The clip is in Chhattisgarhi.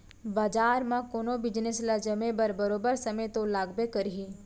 बजार म कोनो बिजनेस ल जमे बर बरोबर समे तो लागबे करही